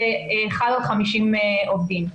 שחל על 50 עובדים.